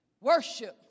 worship